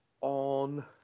On